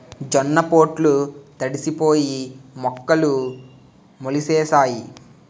జొన్న పొట్లు తడిసిపోయి మొక్కలు మొలిసేసాయి